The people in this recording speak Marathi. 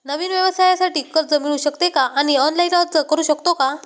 नवीन व्यवसायासाठी कर्ज मिळू शकते का आणि ऑनलाइन अर्ज करू शकतो का?